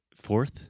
fourth